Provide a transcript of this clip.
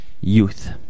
Youth